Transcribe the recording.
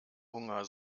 hunger